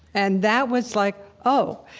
and that was like oh!